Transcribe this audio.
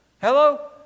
Hello